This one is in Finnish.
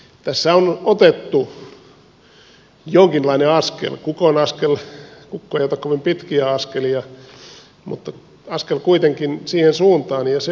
tässä on otettu jonkinlainen askel kukonaskel kukko ei ota kovin pitkiä askelia mutta askel kuitenkin siihen suuntaan ja se on hyvä